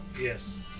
Yes